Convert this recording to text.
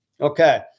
Okay